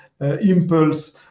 impulse